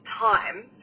time